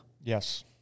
yes